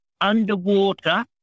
underwater